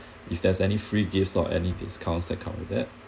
if there's any free gifts or any discounts that come with it